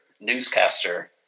newscaster